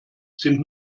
sind